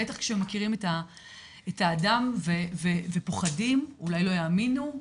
בטח כשמכירים את האדם ופוחדים שאולי לא יאמינו,